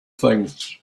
things